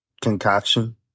concoction